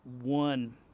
one